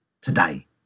today